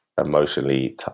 emotionally